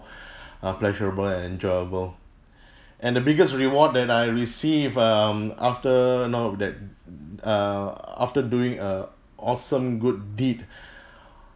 uh pleasurable and enjoyable and the biggest reward that I receive um after you know that err after doing a awesome good deed